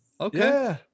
okay